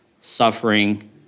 suffering